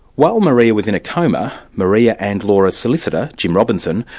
while maria was in a coma, maria and laura's solicitor, jim robinson,